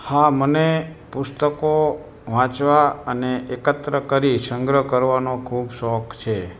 હા મને પુસ્તકો વાંચવા અને એકત્ર કરી સંગ્રહ કરવાનો ખૂબ શોખ છે